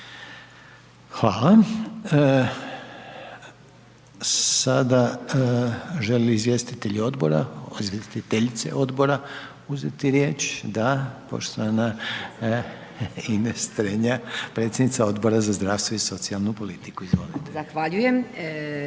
odbora, izvjestiteljice odbora uzeti riječ? Da. Poštovana Ines Strenja, predsjednica Odbora za zdravstvo i socijalnu politiku,